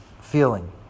feeling